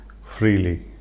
freely